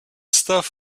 stuff